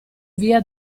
via